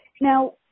Now